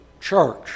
church